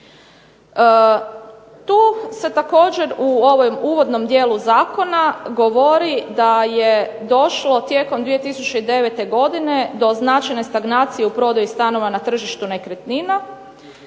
Tu se također u ovom uvodnom dijelu zakona govori da je došlo tijekom 2009. godine do značajne stagnacije u prodaji stanova na tržištu nekretnina,